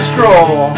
Stroll